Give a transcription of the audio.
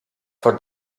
for